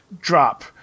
drop